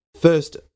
first